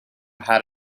how